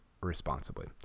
responsibly